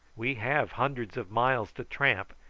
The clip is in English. we have hundreds of miles to tramp,